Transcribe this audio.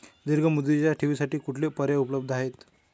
दीर्घ मुदतीच्या ठेवींसाठी कुठले पर्याय उपलब्ध आहेत?